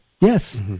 Yes